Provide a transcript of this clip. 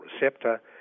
receptor